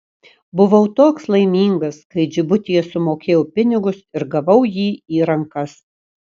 buvau toks laimingas kai džibutyje sumokėjau pinigus ir gavau jį į rankas